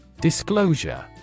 Disclosure